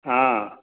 ହଁ